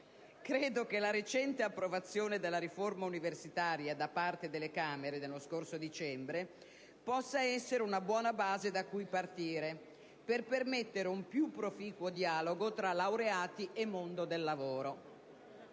Credo che la recente approvazione della riforma universitaria da parte delle Camere, nello scorso dicembre, possa essere una buona base da cui partire per permettere un più proficuo dialogo tra laureati e mondo del lavoro;